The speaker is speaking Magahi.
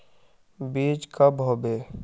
बीज कब होबे?